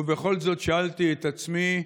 ובכל זאת שאלתי את עצמי: